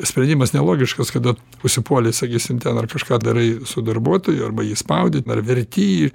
sprendimas nelogiškas kada užsipuoli sakysim ten ar kažką darai su darbuotoju arba jį spaudi ar verti jį